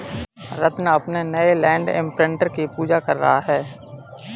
रत्न अपने नए land imprinter की पूजा कर रहा है